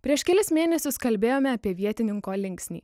prieš kelis mėnesius kalbėjome apie vietininko linksnį